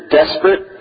desperate